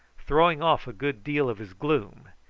throwing off a good deal of his gloom.